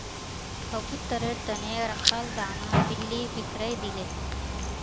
कबूतरेर त न रखाल दाना बिल्ली बिखरइ दिले